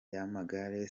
y’amagare